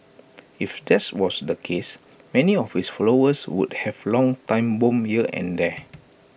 if that was the case many of his followers would have long time bomb here and there